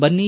ಬನ್ನಿ